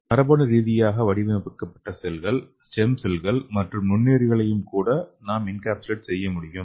மரபணு ரீதியாக வடிவமைக்கப்பட்ட செல்கள் ஸ்டெம் செல்கள் மற்றும் நுண்ணுயிரிகளையும் கூட நாம் என்கேப்சுலேட் செய்ய முடியும்